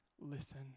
Listen